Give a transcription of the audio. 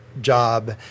job